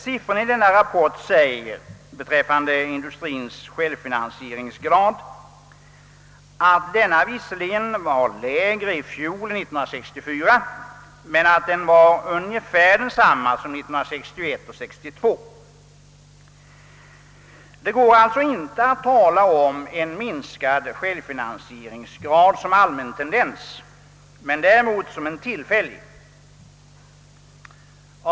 Siffrorna beträffande <industriens självfinansieringsgrad visar, att denna visserligen var lägre i fjol än 1964 men att den var ungefär densamma som 1961 och 1962. Det går alltså inte att tala om en minskning av självfinansieringsgraden som en allmän tendens men däremot som en tillfällig tendens.